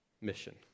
mission